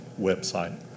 website